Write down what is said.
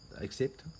Accept